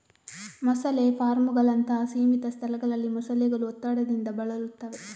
ಮೊಸಳೆ ಫಾರ್ಮುಗಳಂತಹ ಸೀಮಿತ ಸ್ಥಳಗಳಲ್ಲಿ ಮೊಸಳೆಗಳು ಒತ್ತಡದಿಂದ ಬಳಲುತ್ತವೆ